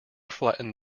flattened